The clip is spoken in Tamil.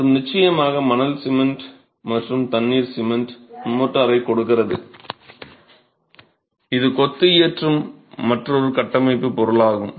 மற்றும் நிச்சயமாக மணல் சிமெண்ட் மற்றும் தண்ணீர் ஒன்றாக சிமெண்ட் மோர்ட்டாரை கொடுக்கிறது இது கொத்து இயற்றும் மற்றொரு கட்டமைப்பு பொருள் ஆகும்